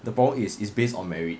the problem is it's based on merit